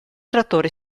trattore